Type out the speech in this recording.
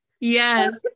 Yes